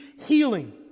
healing